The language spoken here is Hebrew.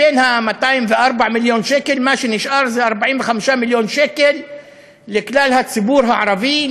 מה-204 מיליון שקל מה שנשאר זה 45 מיליון שקל לכלל הציבור הערבי,